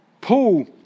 Paul